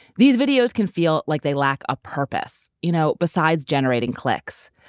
these videos can feel like they lack a purpose, you know, besides generating clicks.